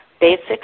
basic